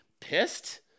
pissed